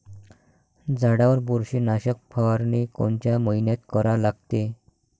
झाडावर बुरशीनाशक फवारनी कोनच्या मइन्यात करा लागते?